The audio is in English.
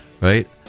Right